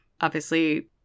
obviously-